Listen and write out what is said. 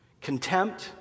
contempt